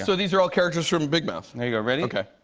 so these are all characters from big mouth? there you go. ready? okay.